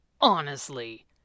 Honestly